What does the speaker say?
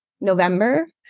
November